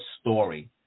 story